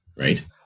right